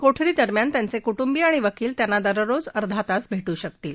कोठडीदरम्यान त्यांचे कुंटुबिय आणि वकील त्यांना दररोज अर्धा तास भेटू शकतील